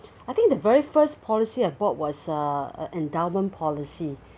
I think the very first policy I bought was uh endowment policy